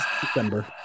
December